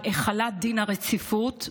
על החלת דין הרציפות,